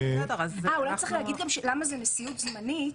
אולי צריך להגיד גם למה זאת נשיאות זמנית.